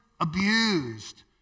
abused